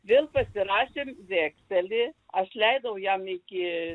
vėl pasirašėm vekselį aš leidau jam iki